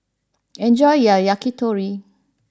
enjoy your Yakitori